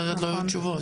אחרת לא יהיו תשובות.